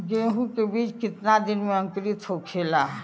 गेहूँ के बिज कितना दिन में अंकुरित होखेला?